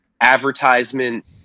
advertisement